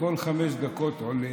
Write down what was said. כל חמש דקות עולה,